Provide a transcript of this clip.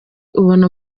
ubona